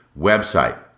website